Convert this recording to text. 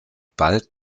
bald